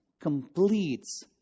completes